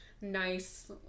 nice